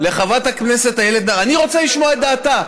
חברת הכנסת איילת, אני רוצה לשמוע את דעתה.